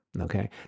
okay